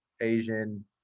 Asian